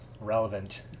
relevant